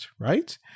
right